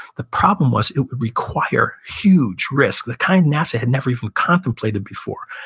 the problem was, it would require huge risk. the kind nasa had never even contemplated before.